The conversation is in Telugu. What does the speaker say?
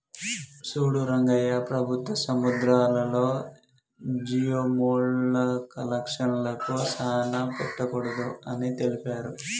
సూడు రంగయ్య ప్రభుత్వం సముద్రాలలో జియోడక్లను సానా పట్టకూడదు అని తెలిపారు